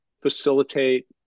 facilitate